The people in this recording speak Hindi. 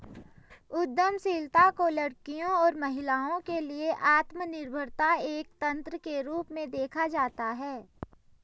उद्यमशीलता को लड़कियों और महिलाओं के लिए आत्मनिर्भरता एक तंत्र के रूप में देखा जाता है